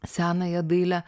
senąją dailę